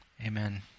Amen